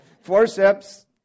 Forceps